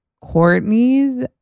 Courtney's